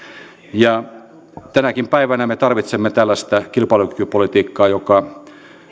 ja tänäkin päivänä me tarvitsemme tällaista kilpailukykypolitiikkaa joka